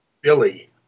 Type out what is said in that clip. Billy